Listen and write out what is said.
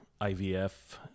IVF